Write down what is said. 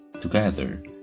Together